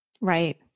Right